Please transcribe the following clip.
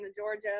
Georgia